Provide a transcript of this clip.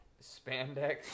spandex